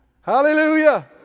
Hallelujah